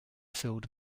filled